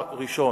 דבר ראשון.